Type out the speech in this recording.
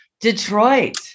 Detroit